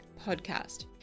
podcast